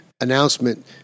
announcement